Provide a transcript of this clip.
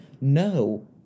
No